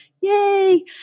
yay